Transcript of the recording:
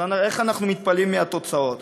אז למה אנחנו מתפלאים על התוצאות?